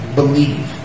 believe